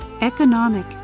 economic